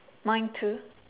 mine too